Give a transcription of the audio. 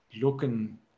looking